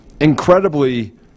incredibly